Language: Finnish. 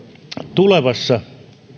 tulevassa